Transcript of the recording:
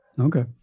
Okay